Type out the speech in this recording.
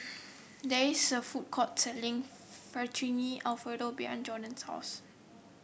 there is a food court selling Fettuccine Alfredo behind Jadon's house